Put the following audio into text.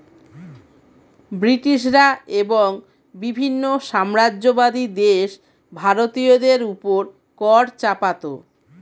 ব্রিটিশরা এবং বিভিন্ন সাম্রাজ্যবাদী দেশ ভারতীয়দের উপর কর চাপাতো